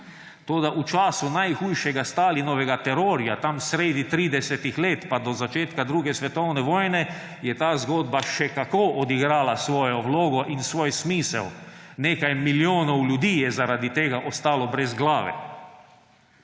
toda v času najhujšega Stalinovega terorja, sredi tridesetih let pa do začetka 2. svetovne vojne, je ta zgodba še kako odigrala svojo vlogo in svoj smisel. Nekaj milijonov ljudi je zaradi tega ostalo brez glave.